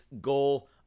goal